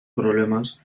problemas